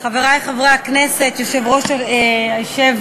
חברי חברי הכנסת, היושב